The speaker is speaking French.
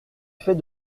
fais